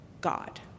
God